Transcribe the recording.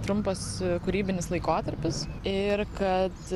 trumpas kūrybinis laikotarpis ir kad